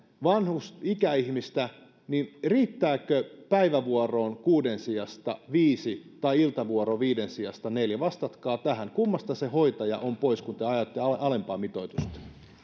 ikäihmistä riittääkö päivävuoroon kuuden sijasta viisi vai iltavuoroon viiden sijasta neljä vastatkaa tähän kummasta se hoitaja on pois kun te ajatte alempaa mitoitusta